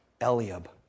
Eliab